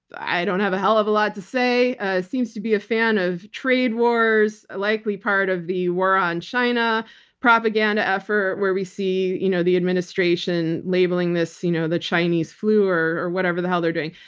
i don't have a hell of a lot to say. he seems to be a fan of trade wars, a likely part of the war on china propaganda effort where we see you know the administration administration labeling this you know the chinese flu or or whatever the hell they're doing.